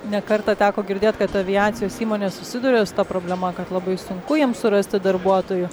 ne kartą teko girdėt kad aviacijos įmonės susiduria su ta problema kad labai sunku jiem surasti darbuotojų